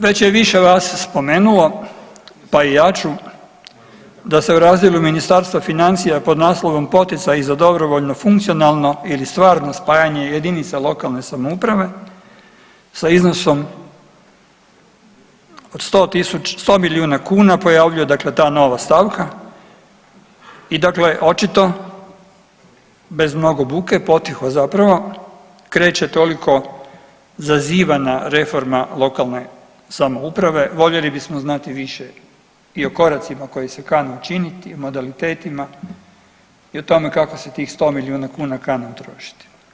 Već je više vas spomenulo, pa i ja ću da se u razdjelu Ministarstva financija pod naslovom Poticaji za dobrovoljno funkcionalno ili stvarno spajanje JLS sa iznosom od 100 milijuna kuna pojavljuje dakle ta nova stavka i dakle očito bez mnogo buke, potiho zapravo kreće toliko zazivana reforma lokalne samouprave, voljeli bismo znati više i o koracima koji se kane učiniti, modalitetima i o tome kako se tih 100 milijuna kuna kani utrošiti.